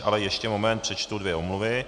Ale ještě moment, přečtu dvě omluvy.